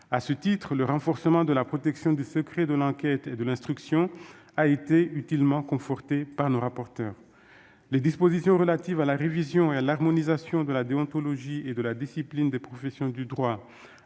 À ce titre, le renforcement de la protection du secret de l'enquête et de l'instruction a été utilement conforté par nos rapporteurs. Les dispositions relatives à la révision et à l'harmonisation de la déontologie et de la discipline des professions du droit,